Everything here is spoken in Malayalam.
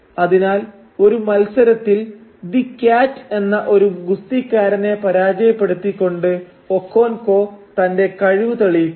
അതിനാൽ ഒരു മത്സരത്തിൽ ദി ക്യാറ്റ് എന്ന ഒരു ഗുസ്തിക്കാരനെ പരാജയപ്പെടുത്തിക്കൊണ്ട് ഒക്കോൻകോ തന്റെ കഴിവ് തെളിയിക്കുന്നു